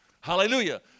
hallelujah